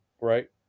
right